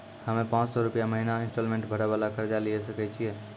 हम्मय पांच सौ रुपिया महीना इंस्टॉलमेंट भरे वाला कर्जा लिये सकय छियै?